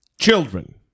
Children